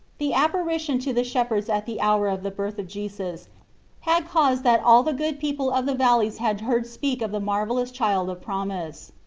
the apparition to the shepherds at the hour of the birth of jesus had caused that all the good people of the valleys had heard speak of the marvellous child of promise.